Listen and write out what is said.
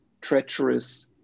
treacherous